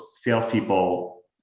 salespeople